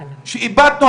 שאיבדנו,